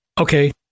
okay